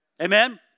Amen